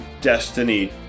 Destiny